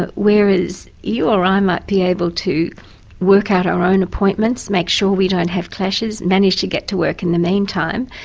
but whereas you or i might be able to work out our own appointments, make sure we don't have clashes, manage to get to work in the meantime,